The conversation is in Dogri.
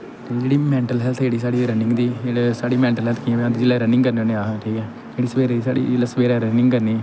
जेह्ड़ी मैंन्टल हैल्थ जेह्ड़ी साढ़ी रनिंग दी जेह्ड़ी साढ़ी मैन्टल हैल्थ जिसलै रनिंग करने होन्ने अस ठीक ऐ जेह्ड़ी जवेरे दी साढ़ी जिसलै सवेरै रनिंग करनी